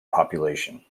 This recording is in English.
population